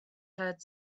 heard